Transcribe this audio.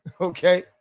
Okay